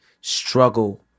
struggle